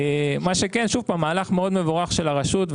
מה שכן, שוב פעם, מהלך מאוד מבורך של הרשות.